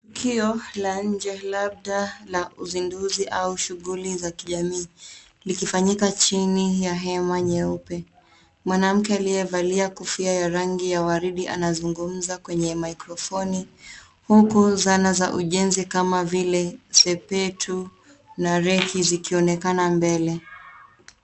Tukio la nje labda uzinduzi au shughuli za kijamii likifanyika chini ya hema nyeupe. Mwanamke aliyevalia kofia ya rangi ya waridi anazungumza kwenye maikrofoni huku zana za ujenzi kama vile sepetu na reki zikioonekana mbele.